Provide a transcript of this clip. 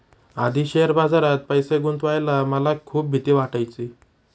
आधी शेअर बाजारात पैसे गुंतवायला मला खूप भीती वाटायची